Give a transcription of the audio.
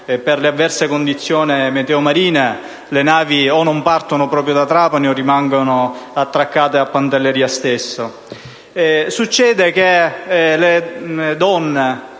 per le avverse condizioni meteo-marine, le navi o non partono proprio da Trapani o rimangono attraccate a Pantelleria. Le donne che devono